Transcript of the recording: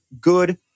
Good